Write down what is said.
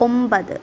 ഒമ്പത്